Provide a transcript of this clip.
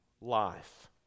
life